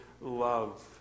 love